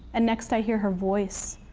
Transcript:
and next, i hear her voice,